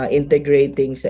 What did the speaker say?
integrating